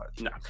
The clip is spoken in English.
No